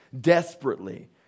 desperately